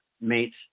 mates